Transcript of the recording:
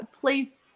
please